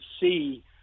see